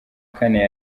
kane